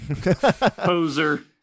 Poser